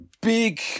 big